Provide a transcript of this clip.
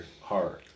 horror